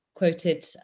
quoted